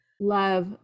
love